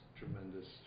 tremendous